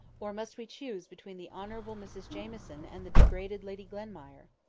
or must we choose between the honourable mrs jamieson and the degraded lady glenmire?